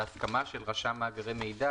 ההסכמה של רשם מאגרי מידע